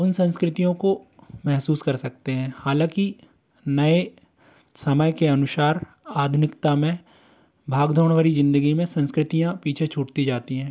उन संस्कृतियों को महसूस कर सकते हैं हालांकि नए समय के अनुसार आधुनिकता में भाग दौड़ भरी ज़िंदगी में संस्कृतियाँ पीछे छूटती जाती हैं